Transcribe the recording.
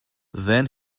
then